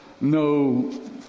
No